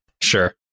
Sure